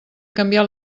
canviar